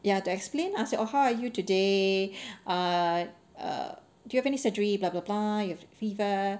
ya to explain ah so your how are you today err err do you have any surgery blah blah blah you have fever